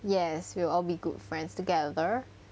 yes we'll all be good friends together